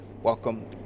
Welcome